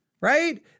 right